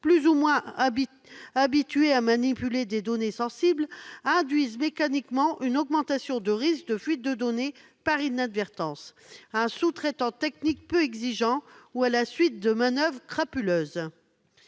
plus ou moins habituées à manipuler des données sensibles, induisent mécaniquement une augmentation des risques de fuite de données, par inadvertance- un sous-traitant technique peu exigeant - ou à la suite de manoeuvres crapuleuses